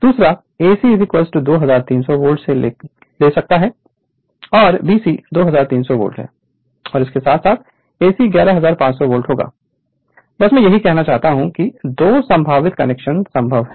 दूसरा AC 2300 volt ले सकता है दूसरा BC 2300 वोल्ट है और AC 11500 वोल्ट होगा बस मैं यही कहना चाहता हूं कि 2 संभावित कनेक्शन संभव है